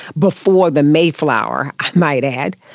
before the mayflower, i might add.